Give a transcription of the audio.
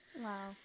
Wow